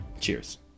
Cheers